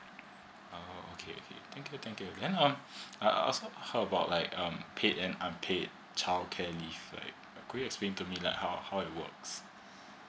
uh okay okay thank you thank you then I ask how about like um paid and unpaid child care leave like could you explain to me like how how it works